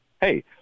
Hey